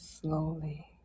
slowly